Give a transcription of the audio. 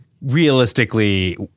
Realistically